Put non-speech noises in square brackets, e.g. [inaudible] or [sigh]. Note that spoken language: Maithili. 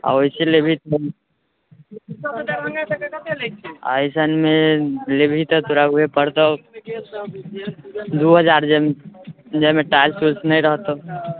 आओर वैसे लेबही [unintelligible] एसनमे लेबही तऽ तोरा उहे पड़तौ दू हजार जाहिमे टाइल्स उल्स नहि रहतौ